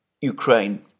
Ukraine